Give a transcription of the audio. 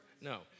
No